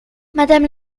madame